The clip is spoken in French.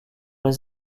les